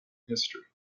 history